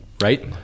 right